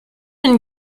une